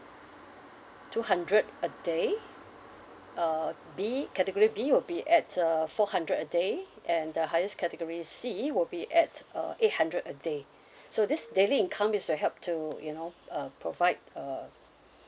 two hundred a day uh B category B will be at uh four hundred a day and the highest category C will be at uh eight hundred a day so this daily income is to help to you know uh provide uh